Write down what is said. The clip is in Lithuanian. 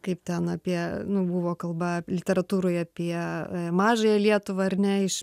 kaip ten apie nu buvo kalba literatūroj apie mažąją lietuvą ar ne iš